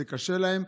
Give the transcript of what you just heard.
זה קשה להם.